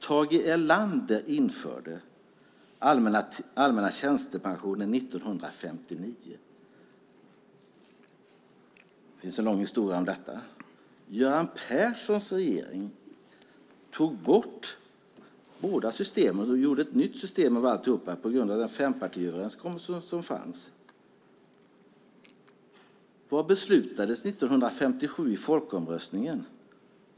Tage Erlander införde den allmänna tjänstepensionen 1959. Det finns en lång historia om detta. Göran Perssons regering tog bort båda systemen och gjorde ett nytt system av alltihop på grundval av den fempartiöverenskommelse som fanns. Vad beslutades 1957 i folkomröstningen?